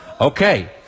Okay